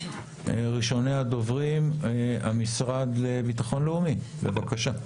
ראשוני הדוברים המשרד לביטחון לאומי, בבקשה.